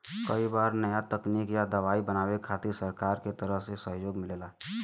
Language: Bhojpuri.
कई बार नया तकनीक या दवाई बनावे खातिर सरकार के तरफ से सहयोग मिलला